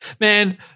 Man